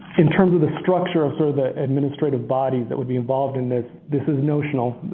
in terms of the structure for the administrative body that would be involved in this, this is notional,